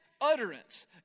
utterance